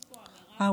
יש פה אמירה אה,